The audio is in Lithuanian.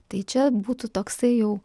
tai čia būtų toksai jau